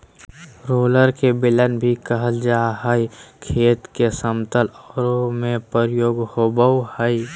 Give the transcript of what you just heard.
roller के बेलन भी कहल जा हई, खेत के समतल करे में प्रयोग होवअ हई